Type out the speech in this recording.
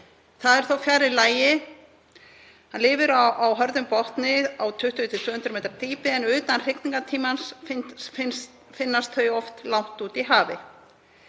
Það er þó fjarri lagi. Hann lifir á hörðum botni á 20–200 m dýpi en utan hrygningartímans finnst hann oft langt úti í hafi.